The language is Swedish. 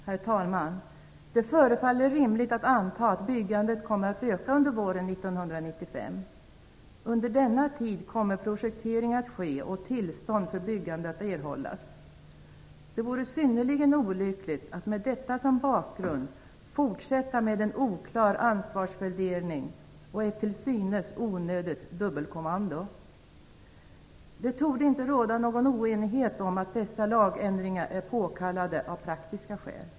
Herr talman! Det förefaller rimligt att anta att byggandet kommer att öka under våren 1995. Under denna tid kommer projektering att ske och tillstånd för byggande att erhållas. Det vore synnerligen olyckligt att med detta som bakgrund fortsätta med en oklar ansvarsfördelning och ett till synes onödigt dubbelkommando. Det torde inte råda någon oenighet om att dessa lagändringar är påkallade av praktiska skäl.